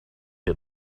had